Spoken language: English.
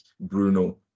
Bruno